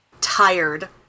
tired